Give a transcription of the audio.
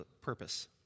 purpose